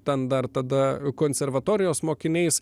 ten dar tada konservatorijos mokiniais